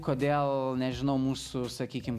kodėl nežinau mūsų sakykim